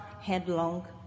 headlong